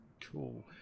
Cool